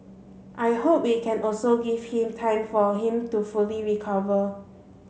I hope we can also give him time for him to fully recover